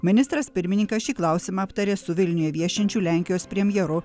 ministras pirmininkas šį klausimą aptarė su vilniuje viešinčiu lenkijos premjeru